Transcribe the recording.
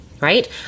right